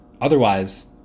Otherwise